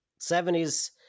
70s